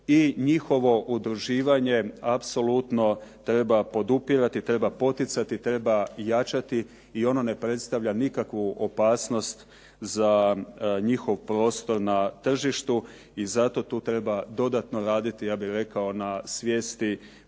njihovo udruživanje apsolutno treba podupirati, treba poticati, treba jačati i ono ne predstavlja nikakvu opasnost za njihov prostor na tržištu i zato tu treba dodatno raditi, ja bih